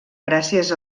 gràcies